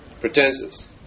pretenses